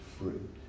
fruit